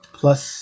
plus